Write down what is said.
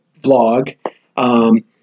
vlog